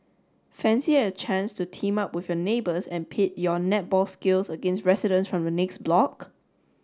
fancy a chance to team up with your neighbours and pit your netball skills against residents from the next block